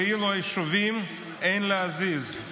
ואילו יישובים, אין להזיז.